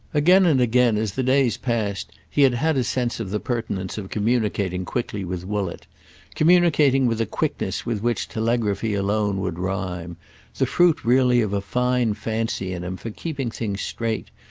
again and again as the days passed he had had a sense of the pertinence of communicating quickly with woollett communicating with a quickness with which telegraphy alone would rhyme the fruit really of a fine fancy in him for keeping things straight,